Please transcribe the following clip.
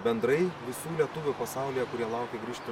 bendrai visų lietuvių pasaulyje kurie laukia grįžti